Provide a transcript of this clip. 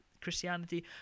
Christianity